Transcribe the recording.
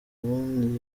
ubundi